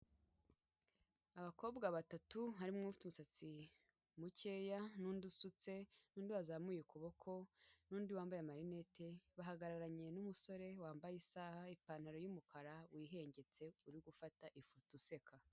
Abakobwa batatu harimo ufite umusatsi mukeya n'undi usutse n'undi wazamuye ukuboko n'undi wambaye amarinete, bahagararanye n'umusore wambaye isaha, ipantaro y'umukara, wihengetse, uri gufata ifoto, useka.